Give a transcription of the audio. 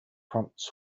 prompts